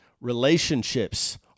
Relationships